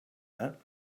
that